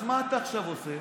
אז מה אתה עכשיו עושה?